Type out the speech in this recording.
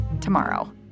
tomorrow